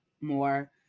more